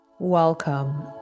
Welcome